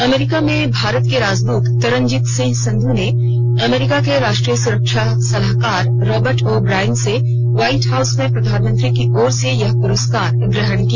अमरीका में भारत के राजदूत तरनजीत सिंह संधू ने अमरीका के राष्ट्रीय सुरक्षा सलाहकार राबर्ट ओ ब्रायन से व्हाइट हाउस में प्रधानमंत्री की ओर से यह पुरस्कार ग्रहण किया